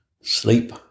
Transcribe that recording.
sleep